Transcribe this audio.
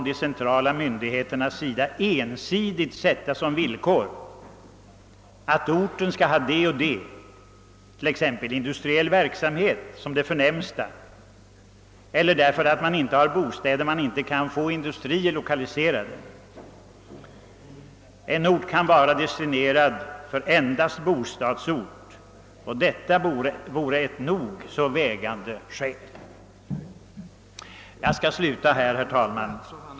De centrala myndigheterna skall inte ensidigt sätta som villkor att orten skall ha exempelvis industriell verksamhet för att få bygga bostäder eller att där måste finnas bostäder för att man skall få industrier lokaliserade till sig. Att en ort är lämplig som bostadsort borde vara ett nog så vägande skäl. Jag skall sluta här, herr talman.